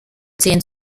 zählen